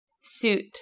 suit